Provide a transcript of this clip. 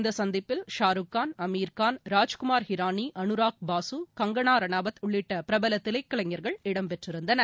இந்தசந்திப்பில் ஷாருக் கான் அமீர்கான் ராஜ்குமார் ஹிரானி அனுராக் பாசு கங்கணாரனாவத் உள்ளிட்டபிரபலதிரைக்கலைஞர்கள் இடம்பெற்றிருந்தனர்